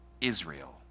Israel